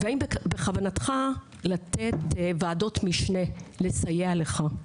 האם בכוונתך אדוני היושב-ראש להקים ועדות משנה לסייע לך?